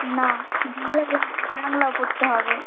নাহ্ বাংলা জানতে হবে বাংলাও পড়তে হবে